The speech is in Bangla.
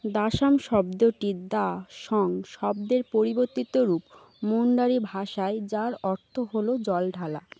দাসাম শব্দটি দাঃ সং শব্দের পরিবর্তিত রূপ মুণ্ডারি ভাষায় যার অর্থ হলো জল ঢালা